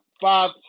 five